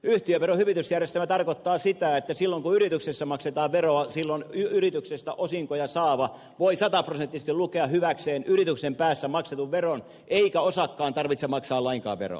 yhtiöveron hyvitysjärjestelmä tarkoittaa sitä että silloin kun yrityksessä maksetaan veroa yrityksestä osinkoja saava voi sataprosenttisesti lukea hyväkseen yrityksen päässä maksetun veron eikä osakkaan tarvitse maksaa lainkaan veroa